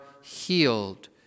healed